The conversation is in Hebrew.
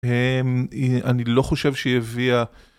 אני לא חושב שהיא הביאה.